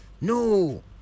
No